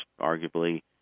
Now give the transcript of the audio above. arguably